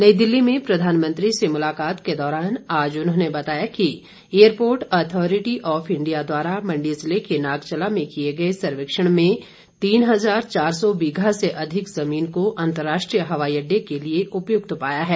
नई दिल्ली में प्रधानमंत्री से मुलाकात के दौरान आज उन्होंने बताया कि एयरपोर्ट अथॉरिटी ऑफ इंडिया द्वारा मंडी जिले के नागचला में किए गए सर्वेक्षण में यहां तीन हजार चार सौ बीघा से अधिक ज़मीन को अन्तर्राष्ट्रीय हवाई अड्डे के लिए उपयुक्त पाया है